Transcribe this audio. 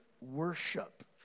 worship